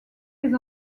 les